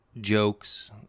jokes